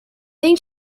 then